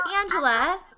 Angela